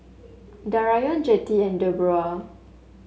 Darrion Jettie and Debroah